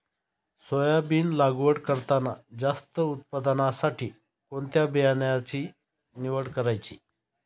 Soybean लागवड करताना जास्त उत्पादनासाठी कोणत्या बियाण्याची निवड करायची?